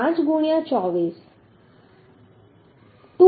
5 ગુણ્યાં 24 2